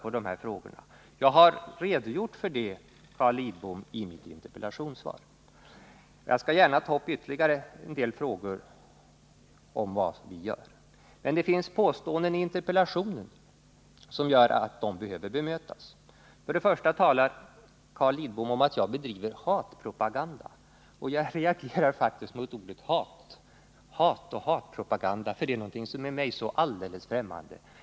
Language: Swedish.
Jag har, Carl Lidbom, redogjort för det i mitt interpellationssvar. Jag skall gärna ta upp ytterligare en del frågor om vad vi gör. Men det finns först ytterligare påståenden i interpellationen som behöver bemötas. För det första talar Carl Lidbom om att jag bedriver hatpropaganda. Jag reagerar faktiskt mot orden hat och hatpropaganda, eftersom detta är mig någonting alldeles främmande.